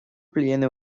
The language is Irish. bliain